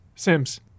Sims